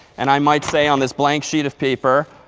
and i might say on this blank sheet of paper,